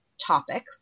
topic